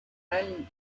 and